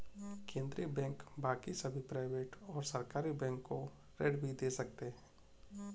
केन्द्रीय बैंक बाकी सभी प्राइवेट और सरकारी बैंक को ऋण भी दे सकते हैं